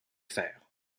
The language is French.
fer